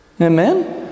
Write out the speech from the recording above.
Amen